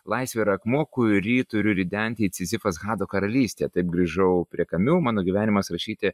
laisvė yra akmuo kurį turiu ridenti it sizifas į hado karalystę taip grįžau prie kamiu mano gyvenimas rašyti